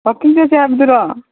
ꯋꯥꯛꯀꯤꯡ ꯆꯠꯁꯦ ꯍꯥꯏꯕꯗꯨꯔꯣ